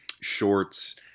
shorts